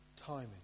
timing